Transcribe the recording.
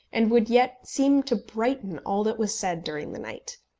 and would yet seem to brighten all that was said during the night.